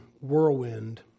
whirlwind